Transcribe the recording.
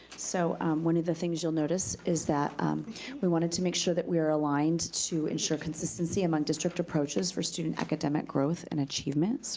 so one of the things that you'll notice is that we wanted to make sure that we are aligned to ensure consistency among district approaches for student academic growth and achievement.